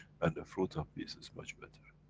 and the fruit of peace is much better.